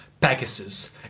Pegasus